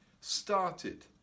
started